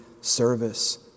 service